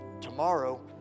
tomorrow